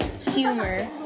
Humor